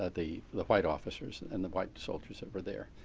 ah the the white officers and the white soldiers that were there.